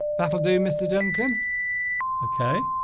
that'll do mr. duncan okay